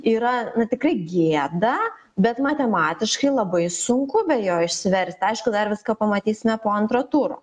yra tikrai gėda bet matematiškai labai sunku be jo išsiverst aišku dar viską pamatysime po antro turo